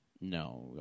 No